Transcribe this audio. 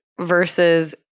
versus